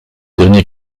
dernier